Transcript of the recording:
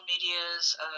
medias